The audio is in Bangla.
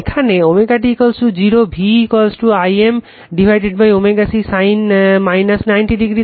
এখানে যখন ω t 0 V I m ω c sin 90°